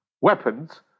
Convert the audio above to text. Weapons